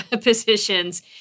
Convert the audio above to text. positions